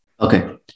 okay